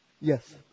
Yes